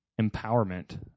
empowerment